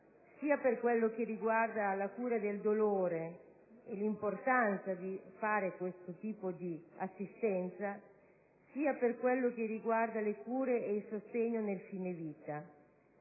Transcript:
sia per quanto riguarda la cura del dolore e l'importanza di fare questo tipo di assistenza, sia per quello che riguarda le cure e il sostegno nel fine vita.